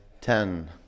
ten